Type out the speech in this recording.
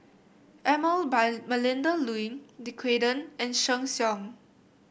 Emel by Melinda Looi Dequadin and Sheng Siong